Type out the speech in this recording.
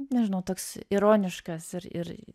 nežinau toks ironiškas ir ir